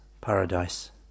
paradise